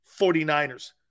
49ers